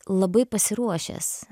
labai pasiruošęs